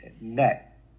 net